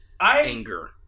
anger